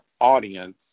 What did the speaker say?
audience